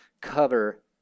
cover